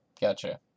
Gotcha